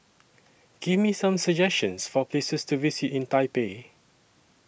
Give Me Some suggestions For Places to visit in Taipei